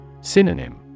Synonym